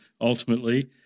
ultimately